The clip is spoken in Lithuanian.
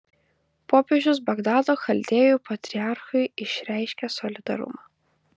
popiežius bagdado chaldėjų patriarchui išreiškė solidarumą